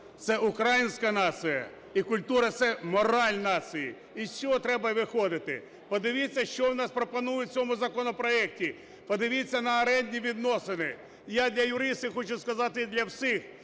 це українська нація, і культура – це мораль нації. Із чого треба виходити? Подивіться, що у нас пропонують в цьому законопроекті. Подивіться на орендні відносини. І я для юристів хочу сказати і для всіх,